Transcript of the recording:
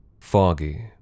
foggy